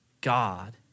God